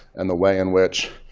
and the way in which